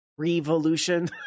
revolution